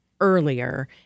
earlier